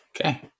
Okay